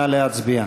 נא להצביע.